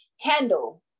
handle